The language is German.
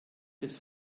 des